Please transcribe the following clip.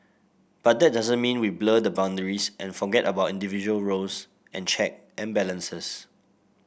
but that doesn't mean we blur the boundaries and forget about individual roles and check and balances